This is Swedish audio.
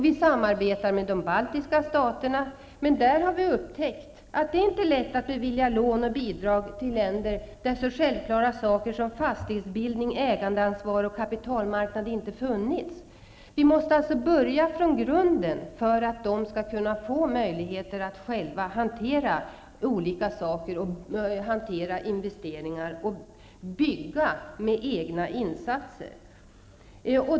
Vi samarbetar nu med de baltiska staterna, men vi har upptäckt att det inte är så lätt att bevilja lån och bidrag till länder, där så självklara saker som fastighetsbildning, ägaransvar och kapitalmarknad inte tidigare har funnits. Vi måste alltså börja från grunden för att dessa länder skall kunna få möjligheter att själva hantera olika saker och investeringar och för att de skall kunna bygga med egna insatser.